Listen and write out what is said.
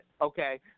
okay